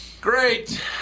Great